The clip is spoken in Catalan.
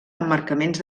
emmarcaments